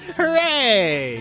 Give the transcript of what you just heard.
Hooray